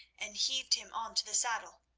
and heaved him onto the saddle.